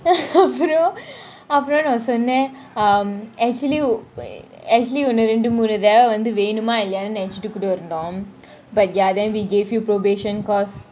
அப்புறம் அப்புறம் நான் சொன்னான் :apram apram naan sonan um actually actually உன்ன ரெண்டு மூணு தடவ வேணுமா இல்லையானு நினைச்சிட்டு கூட இருந்தோம் :unna rendu moonu thadava venuma illayanu nenaichitu kuda irunthom but ya then we gave you probation because